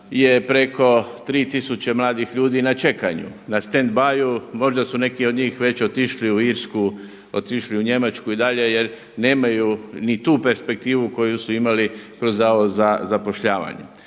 je preko tri tisuće mladih ljudi na čekanju, na stand byu. Možda su neki od njih već otišli u Irsku, otišli u Njemačku i dalje jer nemaju ni tu perspektivu koju su imali kroz Zavod za zapošljavanje.